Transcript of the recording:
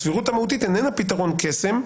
הסבירות המהותית איננה פתרון קסם,